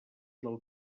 del